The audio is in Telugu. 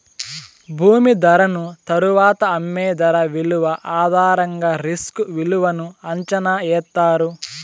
భూమి ధరను తరువాత అమ్మే ధర విలువ ఆధారంగా రిస్క్ విలువను అంచనా ఎత్తారు